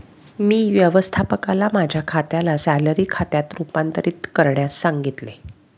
मी व्यवस्थापकाला माझ्या खात्याला सॅलरी खात्यात रूपांतरित करण्यास सांगितले